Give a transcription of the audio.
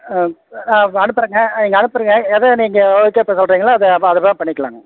ஆ ஆ இப்போ அனுப்புகிறேங்க ஆ இங்கே அனுப்புகிறேங்க எதை நீங்கள் ஓகே இப்போ சொல்கிறீங்களோ அதை அப்போ அது பிரகாரம் பண்ணிக்கலாங்க